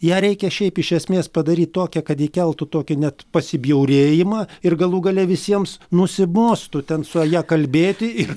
ją reikia šiaip iš esmės padaryti tokią kad ji keltų tokį net pasibjaurėjimą ir galų gale visiems nusibostų ten su ja kalbėti ir